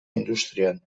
industrian